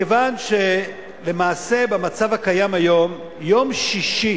כיוון שלמעשה, במצב הקיים היום, יום שישי